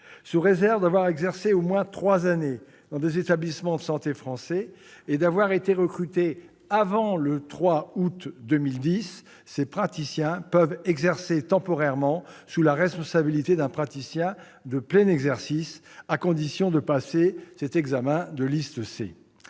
Sous réserve d'avoir exercé au moins trois années dans des établissements de santé français et d'avoir été recrutés avant le 3 août 2010, ces praticiens peuvent exercer temporairement, sous la responsabilité d'un praticien de plein exercice, à condition de passer cet examen de la liste C.